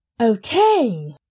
Okay